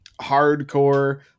hardcore